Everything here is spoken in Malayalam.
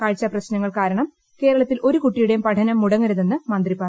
കാഴ്ചാ പ്രശ്നങ്ങൾ കാരണം കേരളത്തിൽ ഒരു കുട്ടിയുടെയും പഠനം മുടങ്ങരുതെന്ന് മന്ത്രി പറഞ്ഞു